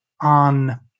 on